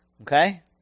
Okay